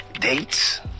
dates